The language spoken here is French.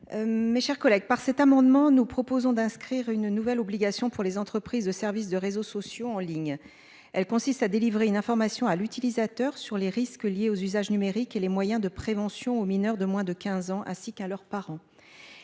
Mes chers collègues par cet amendement. Nous proposons d'inscrire une nouvelle obligation pour les entreprises de service de réseaux sociaux en ligne. Elle consiste à délivrer une information à l'utilisateur sur les risques liés aux usages numériques et les moyens de prévention aux mineurs de moins de 15 ans ainsi qu'à leurs parents.